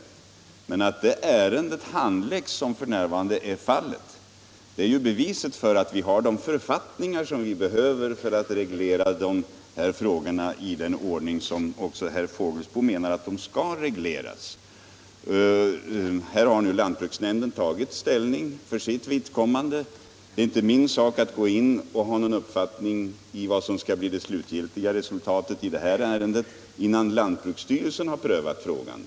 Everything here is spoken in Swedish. Men det faktum att det ärendet handläggs så som f. n. är fallet är beviset för att vi har de författningar vi behöver för att hantera frågorna i den ordning som också herr Fågelsbo menar att de skall hanteras. Lantbruksnämnden har tagit ställning för sitt vidkommande. Det är inte min sak att ha någon uppfattning om vad som skall bli det slutgiltiga resultatet i det här ärendet innan lantbruksstyrelsen har prövat frågan.